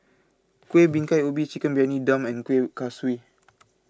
Kueh Bingka Ubi Chicken Briyani Dum and Kueh Kaswi